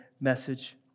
message